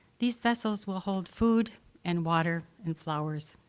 these vessels will hold food and water and flowers,